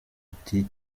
ati